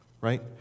Right